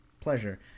pleasure